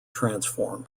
transform